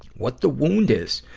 what the wound is.